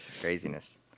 craziness